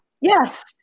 yes